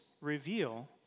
reveal